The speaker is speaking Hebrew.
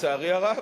לצערי הרב.